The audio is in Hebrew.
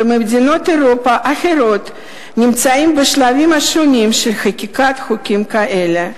ומדינות אירופה האחרות נמצאות בשלבים שונים של חקיקת חוקים כאלה.